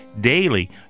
daily